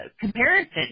comparison